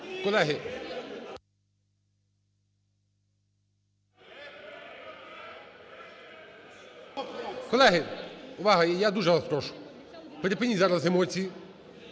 Колеги! Увага! Я дуже вас прошу, припиніть зараз емоції,